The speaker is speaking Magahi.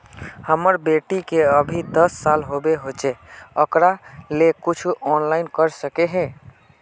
हमर बेटी के अभी दस साल होबे होचे ओकरा ले कुछ ऑनलाइन कर सके है?